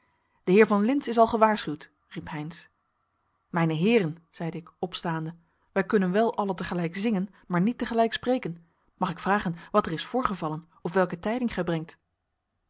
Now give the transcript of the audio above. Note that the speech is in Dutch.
de heer van lintz is al gewaarschuwd riep heynsz mijne heeren zeide ik opstaande wij kunnen wel allen te gelijk zingen maar niet te gelijk spreken mag ik vragen wat er is voorgevallen of welke tijding gij brengt